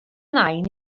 nain